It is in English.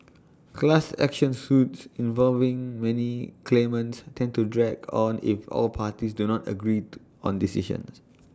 class action suits involving many claimants tend to drag on if all parties do not agree to on decisions